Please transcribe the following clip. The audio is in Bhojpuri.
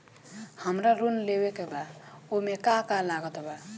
हमरा लोन लेवे के बा ओमे का का लागत बा?